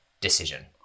decision